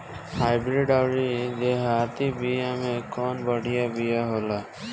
Hybrid अउर देहाती बिया मे कउन बढ़िया बिया होखेला?